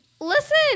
Listen